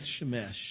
Shemesh